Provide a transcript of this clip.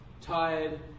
tired